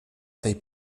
tej